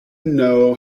know